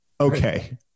okay